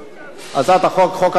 הפרשנות (תיקון,